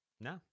No